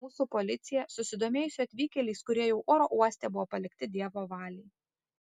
mūsų policija susidomėjusi atvykėliais kurie jau oro uoste buvo palikti dievo valiai